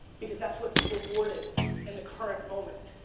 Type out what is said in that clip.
because that's what's rewarded in the current moment.